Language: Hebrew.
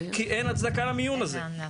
כי אין הצדקה למיון הזה.